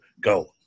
Go